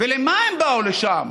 ולמה הם באו לשם?